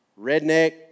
redneck